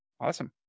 Awesome